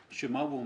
שמה הוא אומר: